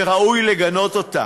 שראוי לגנות אותם.